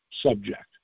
subject